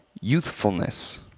youthfulness